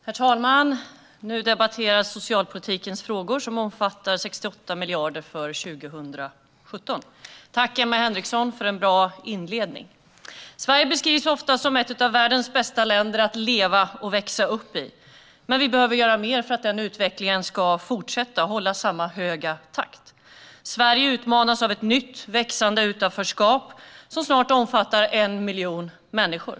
Herr talman! Nu debatteras socialpolitikens frågor, som omfattar 68 miljarder för 2017. Tack, Emma Henriksson, för en bra inledning! Sverige beskrivs ofta som ett av världens bästa länder att leva och växa upp i, men vi behöver göra mer för att denna utveckling ska fortsätta och hålla samma höga takt. Sverige utmanas av ett nytt och växande utanförskap som snart omfattar 1 miljon människor.